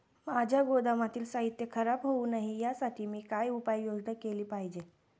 माझ्या गोदामातील साहित्य खराब होऊ नये यासाठी मी काय उपाय योजना केली पाहिजे?